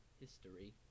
history